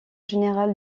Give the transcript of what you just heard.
général